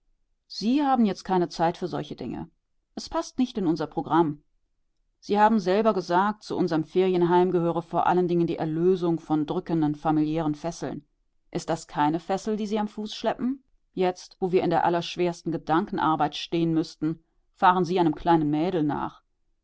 sie haben jetzt keine zeit für solche dinge es paßt nicht in unser programm sie haben selber gesagt zu unserem ferienheim gehöre vor allen dingen die erlösung von drückenden familiären fesseln ist das keine fessel die sie am fuß schleppen jetzt wo wir in der allerschwersten gedankenarbeit stehen müßten fahren sie einem kleinen mädel nach